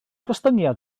gostyngiad